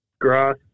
grass